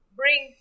bring